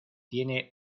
tiene